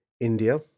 India